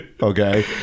Okay